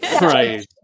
Right